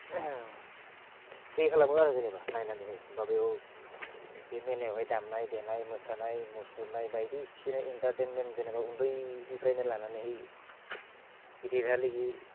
free खालामो आरो जेनेबा नायनानैहाय होमब्ला बेयाव बे मेलायावहाय दामनाय देनाय मोसानाय मुसुरनाय बायदिसिना एन्टारटेनमेन्ट जेनेबा उन्दैनिफ्रायनो लानानैहाय गिदिरहालागि